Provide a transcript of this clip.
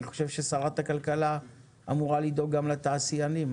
אני חושב ששרת הכלכלה אמורה לדאוג גם לתעשיינים.